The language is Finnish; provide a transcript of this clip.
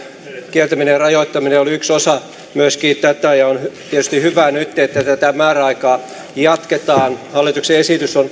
kieltäminen ja rajoittaminen oli myöskin yksi osa tätä ja on tietysti hyvä nyt että tätä määräaikaa jatketaan hallituksen esitys on